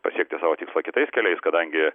pasiekti savo tikslą kitais keliais kadangi